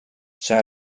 zijn